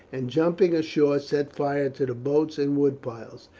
and jumping ashore set fire to the boats and wood piles.